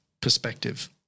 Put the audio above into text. perspective